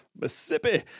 Mississippi